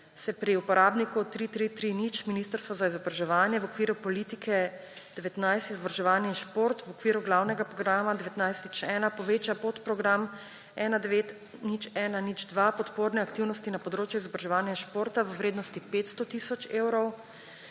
se pri uporabniku 330, Ministrstvo za izobraževanje, v okviru politike 19 Izobraževanje in šport v okviru glavnega programa 1901 poveča podprogram 190102 Odporne aktivnosti na področju izobraževanja in športa v vrednosti 500 tisoč evrov,